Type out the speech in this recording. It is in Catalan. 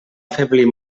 afeblir